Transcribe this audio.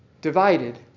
divided